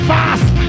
Fast